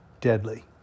deadly